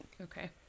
Okay